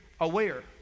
aware